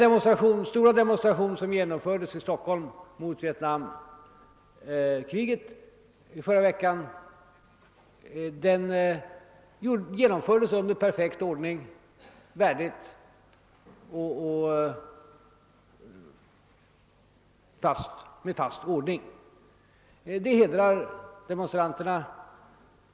Den stora demonstrationen i Stockholm i förra veckan mot Vietnamkriget genomfördes under perfekt ordning, värdigt och med en fasthet som hedrar demonstranterna.